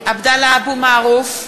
(קוראת בשמות חברי הכנסת) עבדאללה אבו מערוף,